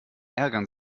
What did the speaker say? ärgern